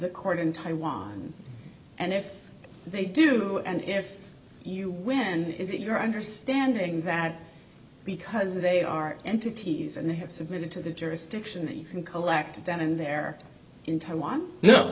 the court in taiwan and if they do and if you win is it your understanding that because they are entities and they have submitted to the jurisdiction and collected then and there in taiwan no